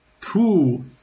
two